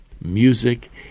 music